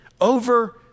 over